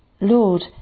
Lord